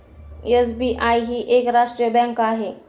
SBI ही एक राष्ट्रीय बँक आहे